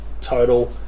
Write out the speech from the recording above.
total